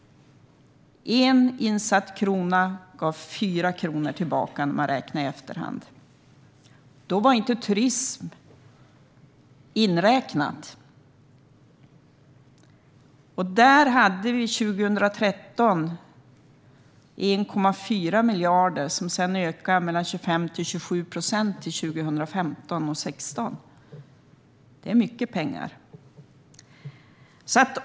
En insatt krona gav fyra kronor tillbaka när man räknade i efterhand. Då var inte turism inräknat. År 2013 hade vi 1,4 miljarder, som sedan ökade med 25-27 procent till år 2015 och 2016. Det är mycket pengar.